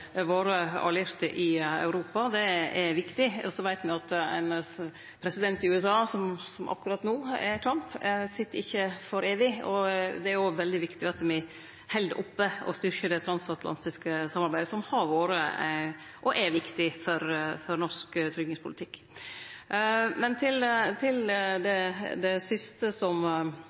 våre allierte i Europa. Det er viktig. Så veit me at ein president i USA – som akkurat no er Trump – ikkje sit evig. Det er veldig viktig at me held oppe og styrkjer det transatlantiske samarbeidet, som har vore og er viktig for norsk sikkerheitspolitikk. Men til det siste som